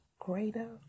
greater